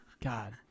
God